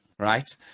Right